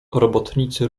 robotnicy